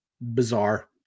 bizarre